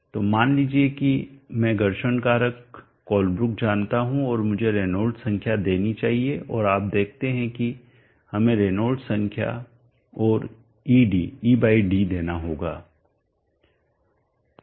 तो मान लीजिए कि मैं घर्षण कारक कोलब्रुक जानना चाहता हूं और मुझे रेनॉल्ड्स संख्या देनी चाहिए और आप देखते हैं हमें रेनॉल्ड्स संख्या और ed ed देना होगा